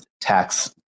tax